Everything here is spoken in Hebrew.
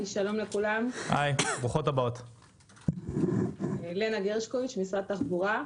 שלום לכולם, לנה גרשקוביץ ממשרד התחבורה.